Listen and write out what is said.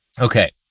Okay